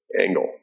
angle